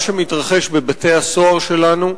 מה שמתרחש בבתי-הסוהר שלנו.